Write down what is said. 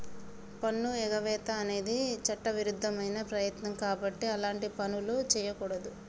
పన్నుఎగవేత అనేది చట్టవిరుద్ధమైన ప్రయత్నం కాబట్టి అలాంటి పనులు చెయ్యకూడదు